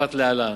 כמפורט להלן,